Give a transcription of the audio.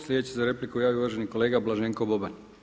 Sljedeći se za repliku javio uvaženi kolega Blaženko Boban.